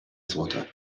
swatter